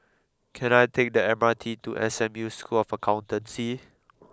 can I take the M R T to S M U School of Accountancy